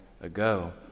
ago